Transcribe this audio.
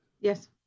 Yes